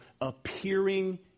appearing